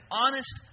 honest